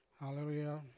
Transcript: Hallelujah